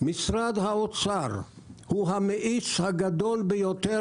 משרד האוצר הוא המאיץ הגדול ביותר